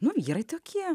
nu vyrai tokie